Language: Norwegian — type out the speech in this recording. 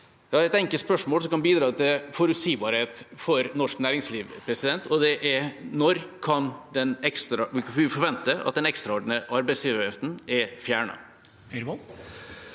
Jeg har et enkelt spørsmål som kan bidra til forutsigbarhet for norsk næringsliv, og det er: Når kan vi forvente at den ekstraordinære arbeidsgiveravgiften fjernes?